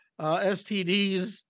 STDs